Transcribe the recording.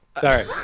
Sorry